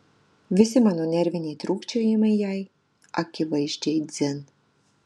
visi mano nerviniai trūkčiojimai jai akivaizdžiai dzin